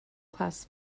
class